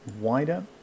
wider